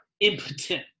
impotent